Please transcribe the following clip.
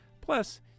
Plus